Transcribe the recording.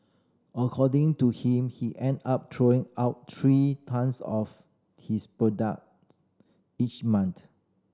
according to him he end up throwing out three tonnes of his product each month